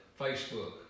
Facebook